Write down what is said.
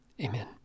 Amen